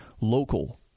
local